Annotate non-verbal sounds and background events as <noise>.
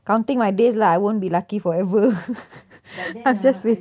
counting my days lah I won't be lucky forever <noise> I'm just wait~